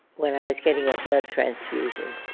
when i was getting a blood transfusion.